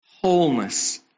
wholeness